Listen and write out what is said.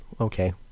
Okay